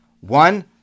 One